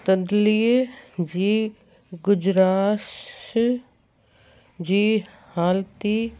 तब्दीलीअ जी गुजराश जी हालति